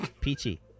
Peachy